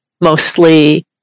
mostly